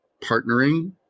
partnering